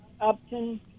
Upton